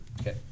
okay